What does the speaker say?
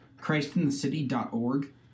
christinthecity.org